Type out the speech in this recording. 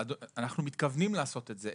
אנחנו מתכוונים לעשות את זה,